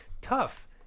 Tough